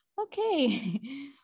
okay